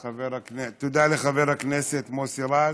תודה לחבר הכנסת מוסי רז.